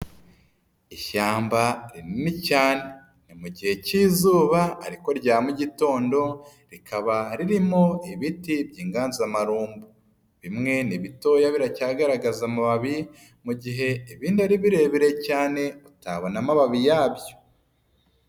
Ishyamba rinini cyane. Ni mu gihe k'izuba ariko rya mu gitondo. Rikaba ririmo ibiti by'inganzamarumbu, bimwe ni bitoya biracyagaragaza amababi mu gihe ibindi ari birebire cyane utabona amababi yabyo.